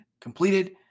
completed